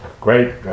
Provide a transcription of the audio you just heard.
Great